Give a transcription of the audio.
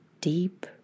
deep